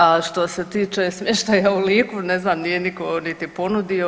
A što se tiče smještaja u Liku, ne znam, nije nitko niti ponudio.